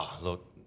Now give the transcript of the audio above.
Look